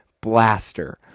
blaster